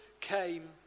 came